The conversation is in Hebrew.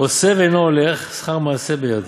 עושה ואינו הולך, שכר מעשה בידו,